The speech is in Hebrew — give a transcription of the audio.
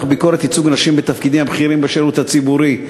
ביקורת על ייצוג נשים בתפקידים הבכירים בשירות הציבורי,